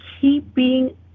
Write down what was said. keeping